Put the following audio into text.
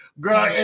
Girl